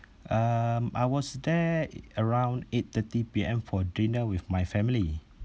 um I was there around eight thirty P_M for dinner with my family